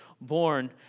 born